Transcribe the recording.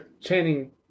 Channing